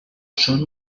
són